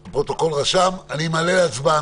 אני מעלה להצבעה,